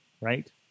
right